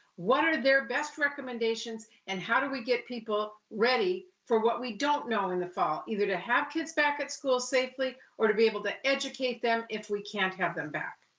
what are their best recommendations, and how do we get people ready for what we don't know in the fall, either to have kids back at school safely or to be able to educate them if we can't have them back?